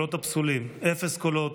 הקולות הפסולים, אפס קולות,